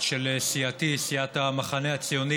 של סיעתי, סיעת המחנה הציוני,